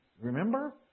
Remember